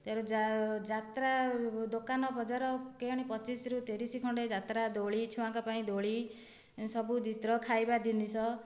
ତେର ଯା ଯାତ୍ରା ଆଉ ଦୋକାନ ବଜାର କେଣେ ପଚିଶରୁ ତିରିଶ ଖଣ୍ଡେ ଯାତ୍ରା ଦୋଳି ଛୁଆଙ୍କ ପାଇଁ ଦୋଳି ସବୁ ଡ଼ିସ୍ର ଖାଇବା ଜିନିଷ